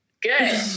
Good